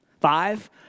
Five